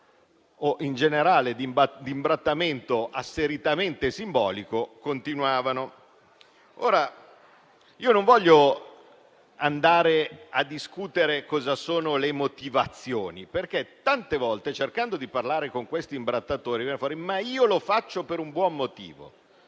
o, in generale, di imbrattamento asseritamente simbolico continuavano. Io non voglio discutere le motivazioni, perché tante volte cercando di parlare con questi imbrattatori viene fuori che lo fanno per un buon motivo.